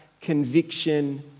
conviction